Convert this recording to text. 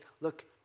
look